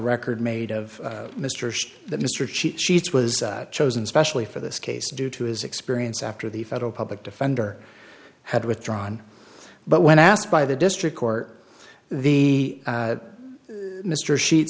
record made of mr shaw that mr cheat sheets was chosen specially for this case due to his experience after the federal public defender had withdrawn but when asked by the district court the mr she